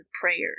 prayers